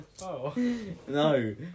No